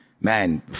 man